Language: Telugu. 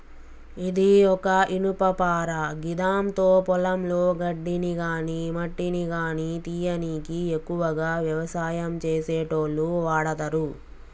ఇది ఒక ఇనుపపార గిదాంతో పొలంలో గడ్డిని గాని మట్టిని గానీ తీయనీకి ఎక్కువగా వ్యవసాయం చేసేటోళ్లు వాడతరు